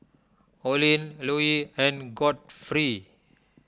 Olin Louie and Godfrey